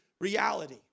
reality